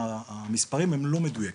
המספרים אינם מדויקים,